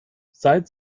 seit